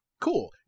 Cool